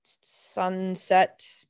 Sunset